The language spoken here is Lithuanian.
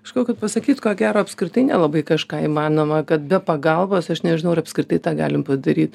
kažko kad pasakyt ko gero apskritai nelabai kažką įmanoma kad be pagalbos aš nežinau ar apskritai tą galim padaryt